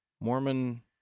Mormon